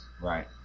Right